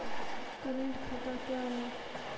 Current खाता क्या हैं?